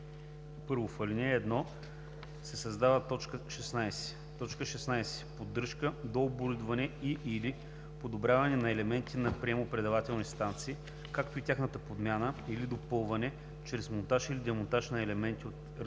1. В ал. 1 се създава т. 16: „16. поддръжка, дооборудване и/или подобряване на елементи на приемно-предавателни станции, както и тяхната подмяна или допълване чрез монтаж или демонтаж на елементи от